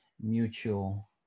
mutual